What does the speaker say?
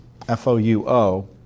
FOUO